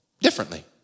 differently